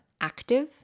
active